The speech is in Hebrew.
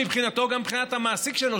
גם מבחינתו וגם מבחינת המעסיק שלו,